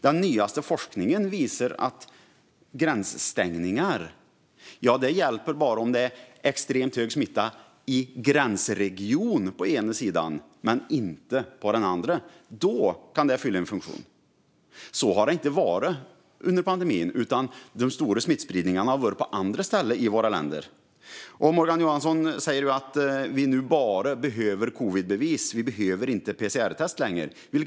Den nyaste forskningen visar att gränsstängningar bara hjälper om det är extremt hög smitta i gränsregionen på ena sidan men inte på den andra. Då kan de fylla en funktion. Så har det dock inte varit under pandemin, utan de stora smittspridningarna har varit på andra ställen i våra länder. Morgan Johansson säger att vi nu bara behöver covidbevis och att vi inte längre behöver PCR-test.